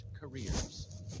careers